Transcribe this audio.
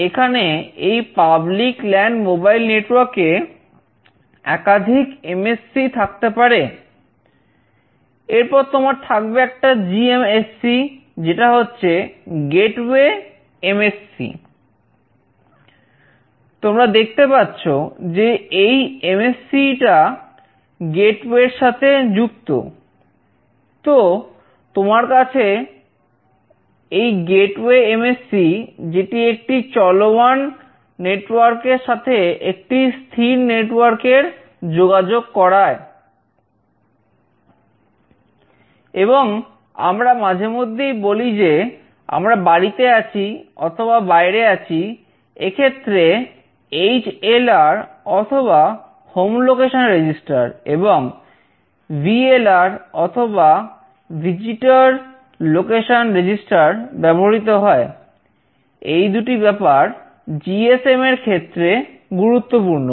এরপর তোমার থাকবে একটা জিএমএসসি এর ক্ষেত্রে গুরুত্বপূর্ণ